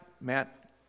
Matt